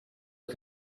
che